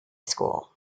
school